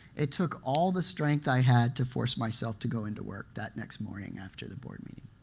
it took all the strength i had to force myself to go into work that next morning after the board meeting.